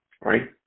right